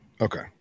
okay